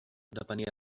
depenia